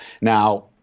now